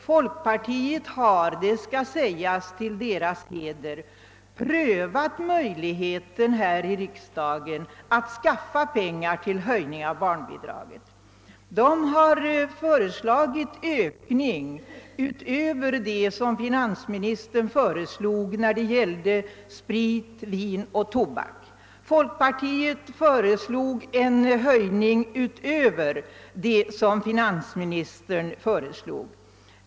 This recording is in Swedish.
Folkpartiet har — det skall sägas till folkpartisternas heder — här i riksdagen prövat möjligheten att skaffa pengar till en höjning av barnbidraget. Folkpartiet föreslog en skattehöjning på sprit, vin och tobak utöver den finansministern föreslog.